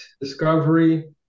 discovery